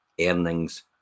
earnings